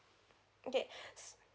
okay